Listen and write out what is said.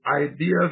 ideas